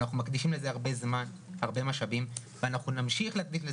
אנחנו מקדישים לזה הרבה זמן ומשאבים ואנחנו נמשיך להקדיש.